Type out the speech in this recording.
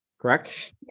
Correct